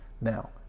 Now